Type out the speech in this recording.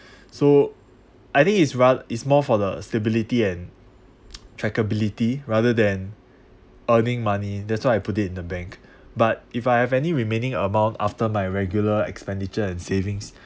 so I think it's it's more for the stability and ability rather than earning money that's why I put it in the bank but if I have any remaining amount after my regular expenditure and savings